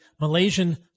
Malaysian